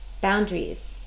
boundaries